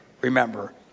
remember